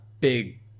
big